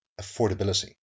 affordability